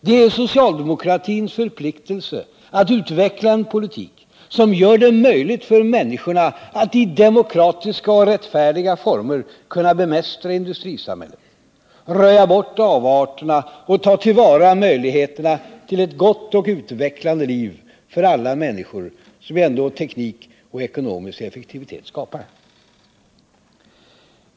Det är socialdemokratins förpliktelse att utveckla en politik som gör det möjligt för människorna att i demokratiska och rättfärdiga former bemästra industrisamhället, röja bort avarterna och ta till vara de möjligheter till ett gott och utvecklande liv för alla människor som teknik och ekonomisk effektivitet ändå skapar.